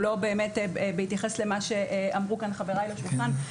בהתייחס למה שאמרו כאן חבריי לשולחן,